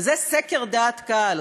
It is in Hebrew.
וזה סקר דעת קהל.